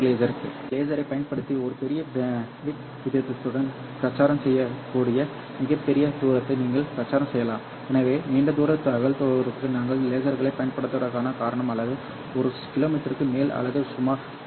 எனவே நீங்கள் லேசரைப் பயன்படுத்தி ஒரு பெரிய பிட் வீதத்துடன் பிரச்சாரம் செய்யக்கூடிய மிகப் பெரிய தூரத்தை நீங்கள் பிரச்சாரம் செய்யலாம் எனவே நீண்ட தூர தகவல்தொடர்புகளுக்கு நாங்கள் லேசர்களைப் பயன்படுத்துவதற்கான காரணம் அல்லது ஒரு கிலோமீட்டருக்கு மேல் அல்லது சுமார் 10 கி